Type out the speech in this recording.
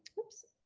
oops.